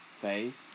Face